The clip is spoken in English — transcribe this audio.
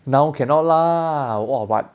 now cannot lah !wah! but